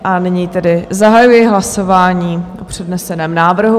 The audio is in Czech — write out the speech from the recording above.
A nyní tedy zahajuji hlasování o předneseném návrhu.